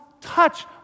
touch